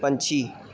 ਪੰਛੀ